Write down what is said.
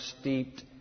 steeped